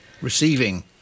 receiving